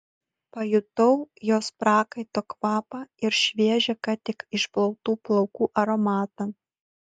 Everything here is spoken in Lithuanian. pajutau jos prakaito kvapą ir šviežią ką tik išplautų plaukų aromatą